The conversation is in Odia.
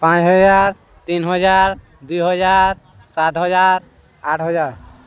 ପାଞ୍ଚ ହଜାର୍ ତିନ୍ ହଜାର୍ ଦୁଇ ହଜାର୍ ସାତ୍ ହଜାର୍ ଆଠ୍ ହଜାର୍